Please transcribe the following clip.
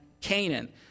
Canaan